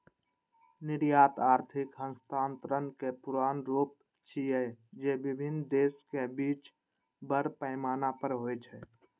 निर्यात आर्थिक हस्तांतरणक पुरान रूप छियै, जे विभिन्न देशक बीच बड़ पैमाना पर होइ छै